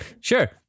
sure